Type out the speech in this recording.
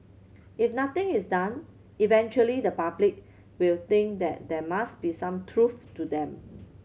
if nothing is done eventually the public will think that there must be some truth to them